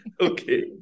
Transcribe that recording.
okay